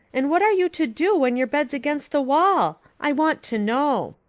and what are you to do when your bed's against the wall? i want to know.